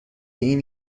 این